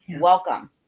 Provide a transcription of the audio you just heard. Welcome